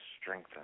strengthen